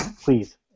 Please